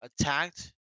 attacked